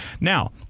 Now